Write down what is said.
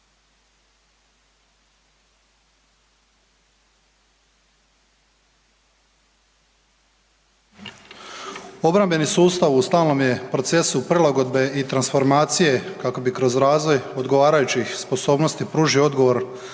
Obrambeni sustav u stalnom je procesu prilagodbe i transformacije kako bi kroz razvoj odgovarajućih sposobnosti pružio odgovor na